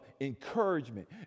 encouragement